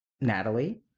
Natalie